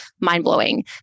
mind-blowing